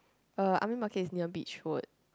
uh army market is near Beach-Road